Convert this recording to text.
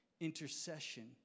Intercession